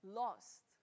lost